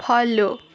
follow